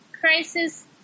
crisis